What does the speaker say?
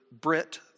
Brit